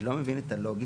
אני לא מבין את הלוגיקה,